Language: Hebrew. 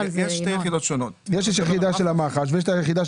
יש שתי יחידות שונות --- יש יחידה של המח"ש ויש את היחידה